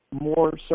more